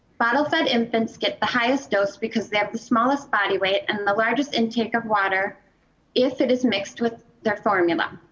bottle fed infants get the highest dose because they have the smallest body weight and the largest intake of water if it is mixed with their formula.